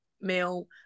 meal